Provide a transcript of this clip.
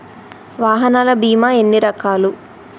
వాహనాల బీమా ఎన్ని రకాలు?